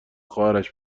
خواهرش